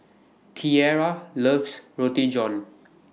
Tiera loves Roti John